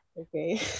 Okay